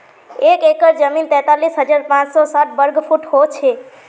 एक एकड़ जमीन तैंतालीस हजार पांच सौ साठ वर्ग फुट हो छे